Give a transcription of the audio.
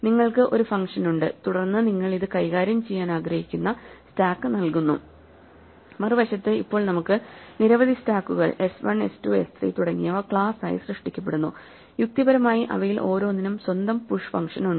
നിങ്ങൾക്ക് ഒരു ഫംഗ്ഷൻ ഉണ്ട് തുടർന്ന് നിങ്ങൾ അത് കൈകാര്യം ചെയ്യാൻ ആഗ്രഹിക്കുന്ന സ്റ്റാക്ക് നൽകുന്നു മറുവശത്ത് ഇപ്പോൾ നമുക്ക് നിരവധി സ്റ്റാക്കുകൾ എസ് 1 എസ് 2 എസ് 3 തുടങ്ങിയവ ക്ലാസായി സൃഷ്ടിക്കപ്പെടുന്നു യുക്തിപരമായി അവയിൽ ഓരോന്നിനും സ്വന്തം പുഷ് ഫംഗ്ഷനുണ്ട്